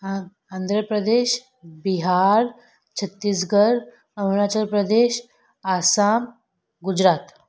हा आंध्र प्रदेश बिहार छत्तीसगढ़ अरुणाचल प्रदेश आसाम गुजरात